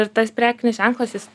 ir tas prekinis ženklas jis